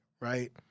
right